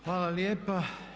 Hvala lijepa.